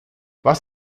was